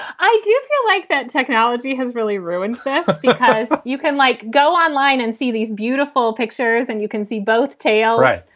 i do feel like that technology has really ruined faith because you can, like, go online and see these beautiful pictures and you can see both tale. right.